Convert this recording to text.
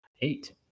Eight